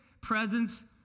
presence